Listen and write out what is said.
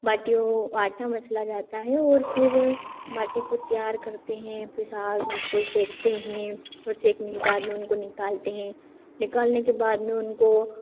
बाटियों आटा मसला जाता है और फिर बाटी को तैयार करते हैं फिर आग में उसको सेकते हैं और सेकने के बाद में उनको निकालते हैं निकालने के बाद में उनको